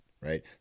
right